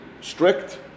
strict